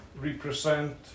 represent